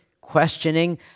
questioning